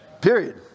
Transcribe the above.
Period